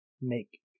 make